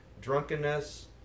drunkenness